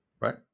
Right